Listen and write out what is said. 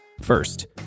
First